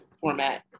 format